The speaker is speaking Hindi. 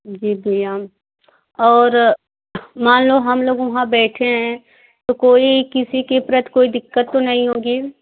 जी जी और मान लो हम लोग वहाँ बैठे हैं तो कोई किसी के प्रति कोई दिक़्कत तो नहीं होगी